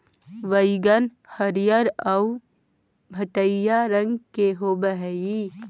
बइगन हरियर आउ भँटईआ रंग के होब हई